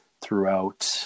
throughout